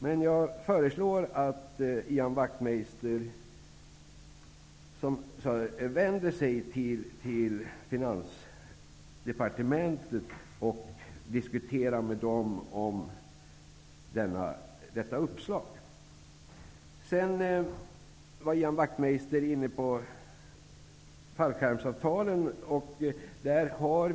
Men jag föreslår att Ian Wachtmeister vänder sig till Finansdepartementet för att diskutera detta uppslag. Ian Wachtmeister var inne på detta med fallskärmsavtalen.